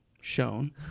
shown